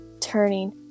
turning